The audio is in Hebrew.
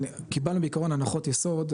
קיבלנו בעיקרון הנחות יסוד,